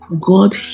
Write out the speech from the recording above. God